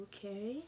Okay